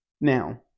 Now